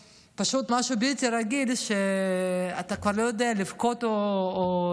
פשוט מה שבלתי רגיל הוא שאתה כבר לא יודע אם לבכות או לצחוק.